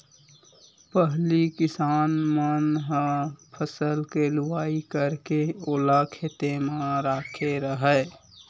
पहिली किसान मन ह फसल के लुवई करके ओला खेते म राखे राहय